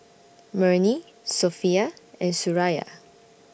Murni Sofea and Suraya